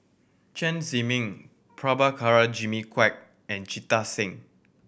Chen Zhiming Prabhakara Jimmy Quek and Jita Singh